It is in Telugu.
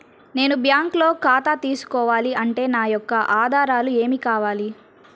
నేను బ్యాంకులో ఖాతా తీసుకోవాలి అంటే నా యొక్క ఆధారాలు ఏమి కావాలి?